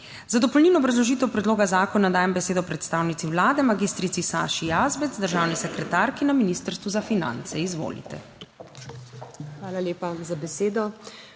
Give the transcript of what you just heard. Za dopolnilno obrazložitev predloga odloka dajem besedo predstavnici Vlade, magistri Saši Jazbec, državni sekretarki na Ministrstvu za finance. Izvolite. **MAG.